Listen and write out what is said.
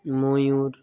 ময়ূর